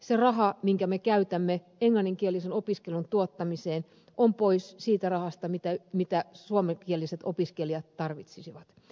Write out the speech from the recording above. se raha minkä me käytämme englanninkielisen opiskelun tuottamiseen on pois siitä rahasta mitä suomenkieliset opiskelijat tarvitsisivat